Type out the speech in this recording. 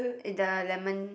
it the lemon